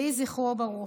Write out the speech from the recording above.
יהי זכרו ברוך.